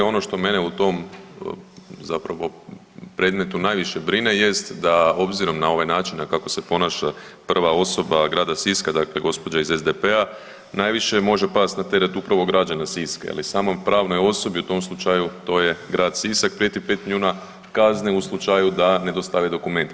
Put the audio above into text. Ono što mene u tom zapravo predmetu najviše brine jest da obzirom na ovaj način kako se ponaša prva osoba grada Siska, dakle gospođa iz SDP-a najviše može pasti na teret upravo građana Siska ili samoj pravnoj osobi u tom slučaju to je grad Sisak prijeti 5 milijuna kazne u slučaju da ne dostave dokumente.